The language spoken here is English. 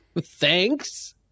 Thanks